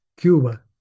Cuba